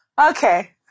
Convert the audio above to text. Okay